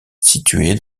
située